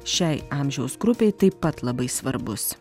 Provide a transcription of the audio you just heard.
šiai amžiaus grupei taip pat labai svarbus